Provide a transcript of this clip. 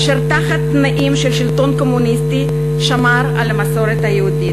אשר תחת תנאים של שלטון קומוניסטי שמר על המסורת היהודית.